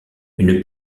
une